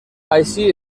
així